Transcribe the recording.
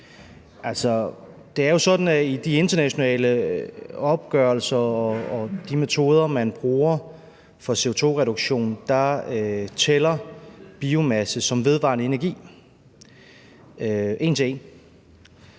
i de internationale opgørelser og i de metoder, man bruger for CO2-reduktion, tæller biomasse som vedvarende energi en til en